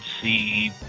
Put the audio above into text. see